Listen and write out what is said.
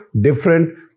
different